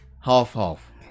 half-half